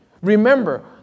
remember